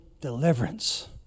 deliverance